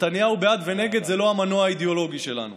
נתניהו בעד ונגד, זה לא המנוע האידיאולוגי שלנו.